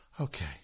Okay